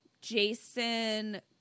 Jason